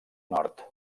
nord